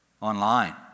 online